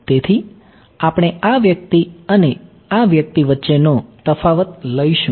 તેથી આપણે આ વ્યક્તિ અને આ વ્યક્તિ વચ્ચેનો તફાવત લઈશું